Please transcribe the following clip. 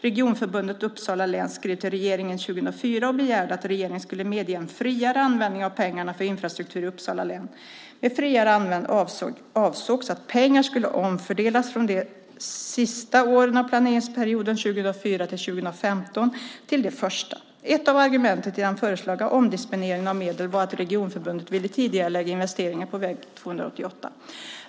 Regionförbundet Uppsala län skrev till regeringen 2004 och begärde att regeringen skulle medge en friare användning av pengarna för infrastruktur i Uppsala län. Med friare användning avsågs att pengar skulle omfördelas från de sista åren av planeringsperioden 2004-2015 till de första. Ett av argumenten till den föreslagna omdisponeringen av medel var att regionförbundet ville tidigarelägga investeringar på väg 288.